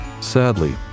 Sadly